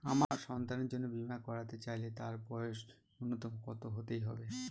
আমার সন্তানের জন্য বীমা করাতে চাইলে তার বয়স ন্যুনতম কত হতেই হবে?